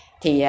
thì